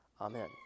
amen